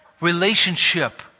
relationship